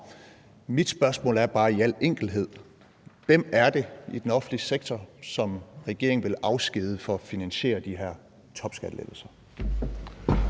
Mit spørgsmål er bare i al enkelhed: Hvem er det i den offentlige sektor, som regeringen vil afskedige for at finansiere de her topskattelettelser?